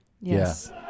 Yes